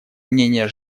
мнения